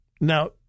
Now